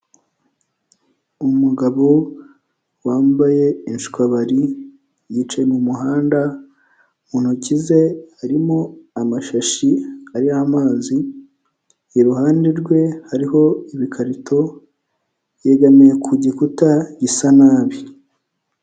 Umugabo wambaye ishwabari yicaye mu muhanda, mu ntoki ze harimo amashashi ariho amazi, iruhande rwe hariho ibikarito yegamiye ku gikuta gisa nabi.